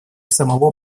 самого